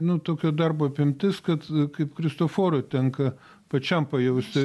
nu tokio darbo apimtis kad kaip kristoforui tenka pačiam pajausti